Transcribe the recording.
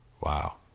Wow